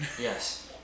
Yes